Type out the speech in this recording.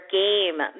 game